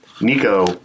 Nico